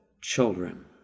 children